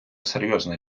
серйозна